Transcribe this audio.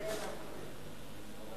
כן, המפקד.